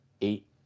eight